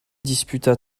disputa